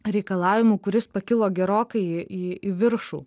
reikalavimų kuris pakilo gerokai į į viršų